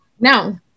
no